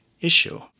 issue